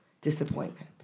disappointment